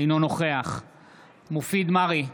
אינו נוכח מופיד מרעי,